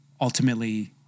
ultimately